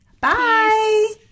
Bye